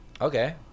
okay